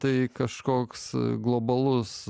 tai kažkoks globalus